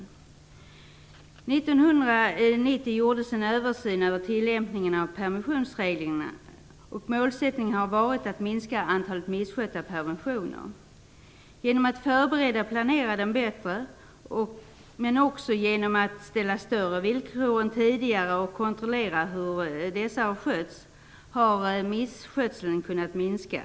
År 1990 gjordes en översyn av tillämpningen av permissionsreglerna, och målsättningen har varit att minska antalet misskötta permissioner. Genom att förbereda och planera dem bättre, men också genom att ställa större villkor än tidigare och kontrollera hur dessa skötts, har misskötseln kunnat minska.